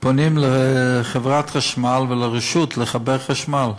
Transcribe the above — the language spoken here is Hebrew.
פונים לחברת חשמל ולרשות לחבר חשמל.